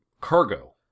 cargo